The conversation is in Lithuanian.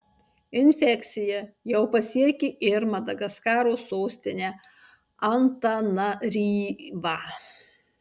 infekcija jau pasiekė ir madagaskaro sostinę antananaryvą